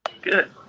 Good